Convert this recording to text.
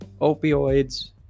opioids